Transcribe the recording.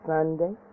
Sunday